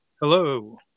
Hello